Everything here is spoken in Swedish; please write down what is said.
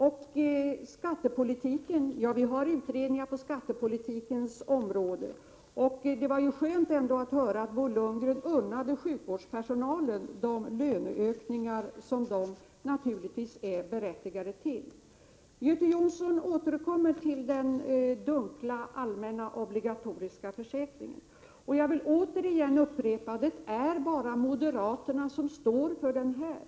Så skattepolitiken. Ja, vi har utredningar på skattepolitikens område, och det var skönt att höra att Bo Lundgren ändå unnade sjukvårdspersonalen de löneökningar som den självfallet är berättigad till. Göte Jonsson återkommer till den dunkla allmänna obligatoriska försäkringen. Jag vill åter upprepa att det är bara moderaterna som står för denna tankegång.